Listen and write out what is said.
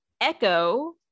Echo